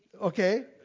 Okay